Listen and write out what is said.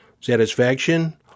satisfaction